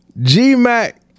G-Mac